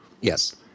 Yes